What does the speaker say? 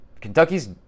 Kentucky's